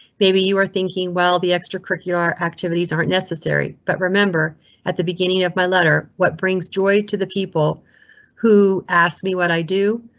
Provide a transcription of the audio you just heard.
maybe you are thinking well, the extracurricular activities aren't necessary, but remember at the beginning of my letter, what brings joy to the people who asked me what i do?